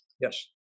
Yes